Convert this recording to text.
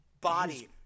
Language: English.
body